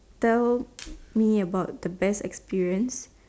tell me about the best experience